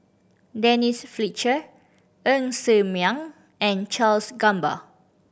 Denise Fletcher Ng Ser Miang and Charles Gamba